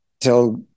till